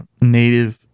native